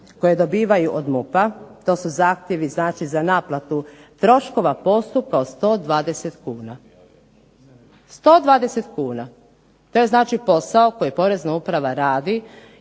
koje dobivaju od MUP-a, to su zahtjevi znači za naplatu troškova postupka od 120 kuna? To je znači posao koji porezna uprava radi